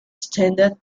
standard